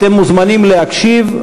אתם מוזמנים להקשיב.